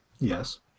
Yes